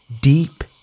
deep